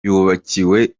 yubakiwe